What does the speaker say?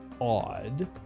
odd